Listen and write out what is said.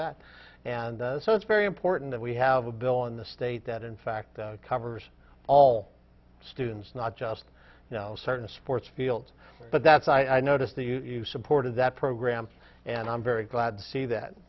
that and so it's very important that we have a bill in the state that in fact covers all students not just you know certain sports fields but that's i noticed that you supported that program and i'm very glad to see that